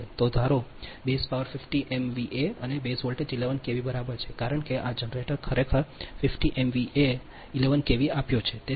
તો ધારો base power 50 MVA અને બેઝ વોલ્ટેજ 11 કેવી બરાબર છે કારણ કે આ જનરેટર ખરેખર 50 એમવીએ 11 કેવી આપ્યો છે